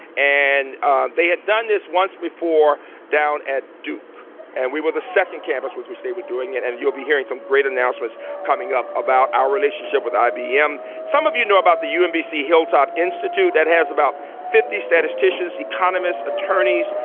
and they had done this once before down at duke and we were the second campus with which they were doing it and you'll be hearing some great announcements coming up about our relationship with ibm. some of you know about the umbc hilltop institute. that has about fifty statisticians, economists, attorneys,